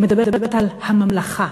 היא מדברת על הממלכה.